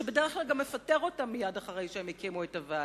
שבדרך כלל גם מפטר אותם מייד אחרי שהקימו את הוועד.